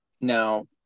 Now